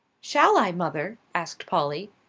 shall i, mother? asked polly.